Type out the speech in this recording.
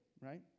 right